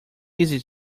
easy